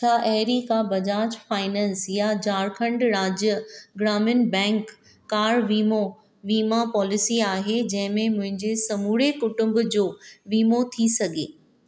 छा अहिड़ी का बजाज फाइनेंस या झारखण्ड राज्य ग्रामीण बैंक कार वीमो वीमा पॉलिसी आहे जहिं में मुंहिंजे समूरे कुटुंब जो वीमो थी सघे